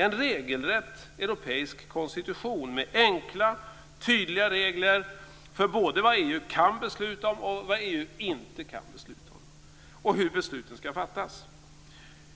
En regelrätt europeisk konstitution med enkla och tydliga regler för både vad EU kan besluta om och vad EU inte kan besluta om samt hur besluten ska fattas.